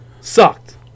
sucked